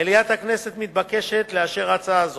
מליאת הכנסת מתבקשת לאשר הצעה זו.